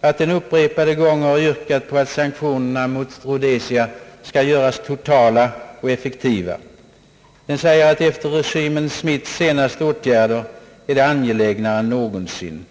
att den upprepade gånger har yrkat på att sanktionerna mot Rhodesia skall göras »totala och effektiva». Den säger att efter regimen Smiths senaste åtgärder är detta angelägnare än någonsin.